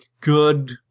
good